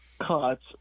cuts